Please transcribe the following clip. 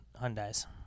Hyundai's